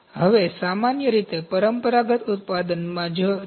હવે આ સામાન્ય રીતે પરંપરાગત ઉત્પાદનમાં છે